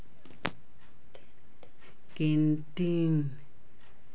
canteen